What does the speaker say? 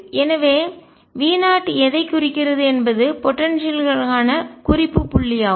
எனவே V0 எதைக் குறிக்கிறது என்பது போடன்சியல்க்கான ஆற்றல் குறிப்பு புள்ளியாகும்